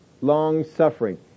Long-suffering